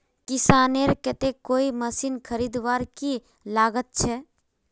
किसानेर केते कोई मशीन खरीदवार की लागत छे?